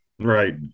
Right